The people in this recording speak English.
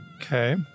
Okay